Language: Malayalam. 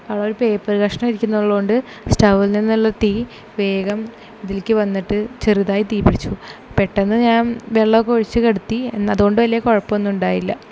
അവിടെ ഒരു പേപ്പർ കഷ്ണം ഇരിക്കുന്നുള്ളതു കൊണ്ട് സ്റ്റൗവിൽ നിന്നുള്ള തീ വേഗം ഇതിലേക്കു വന്നിട്ട് ചെറുതായി തീ പിടിച്ചു പെട്ടെന്ന് ഞാൻ വെള്ളം ഒക്കെ ഒഴിച്ചു കെടുത്തി എന്നതുകൊണ്ട് വലിയ കുഴപ്പം ഒന്നും ഉണ്ടായില്ല